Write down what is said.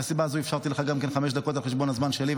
מהסיבה הזאת אפשרתי לך חמש דקות על חשבון הזמן שלי,